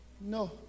No